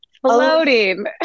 floating